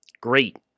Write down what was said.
great